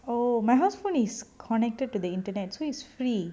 oh my house phone is connected to the internet so it's free